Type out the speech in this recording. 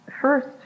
first